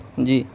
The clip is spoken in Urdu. جی